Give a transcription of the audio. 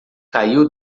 caiu